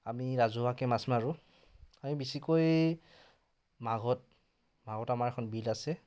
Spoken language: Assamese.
আমি ৰাজহুৱাকৈ মাছ মাৰোঁ আমি বেছিকৈ মাঘত মাঘত আমাৰ এখন বিল আছে